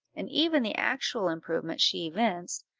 and even the actual improvement she evinced,